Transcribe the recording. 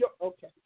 okay